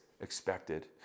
expected